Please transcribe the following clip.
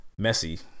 Messi